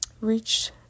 reached